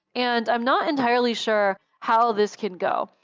and i'm not entirely sure how this can go,